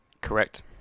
correct